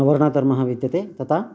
वर्णधर्मः विद्यते तथा